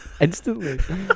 Instantly